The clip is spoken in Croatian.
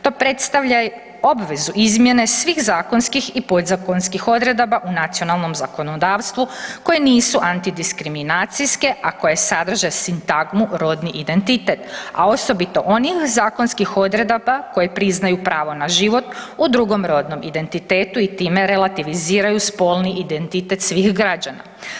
To predstavlja obvezu izmjene svih zakonskih i podzakonskih odredaba u nacionalnom zakonodavstvu koje nisu antidiskriminacijske, a koje sadrže sintagmu rodni identitet, a osobito onih zakonskih odredaba koje priznaju pravo na život u drugom rodnom identitetu i time relativiziraju spolni identitet svih građana.